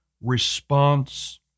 response